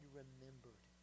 remembered